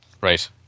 Right